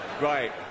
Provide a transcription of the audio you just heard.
Right